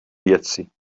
věci